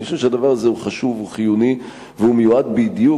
בערבית וגם ברוסית לא מועילים בדבר.